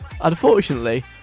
Unfortunately